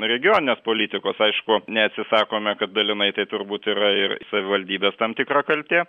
regioninės politikos aišku neatsisakome kad dalinai tai turbūt yra ir savivaldybės tam tikra kaltė